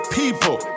people